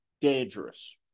dangerous